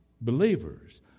believers